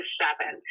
seven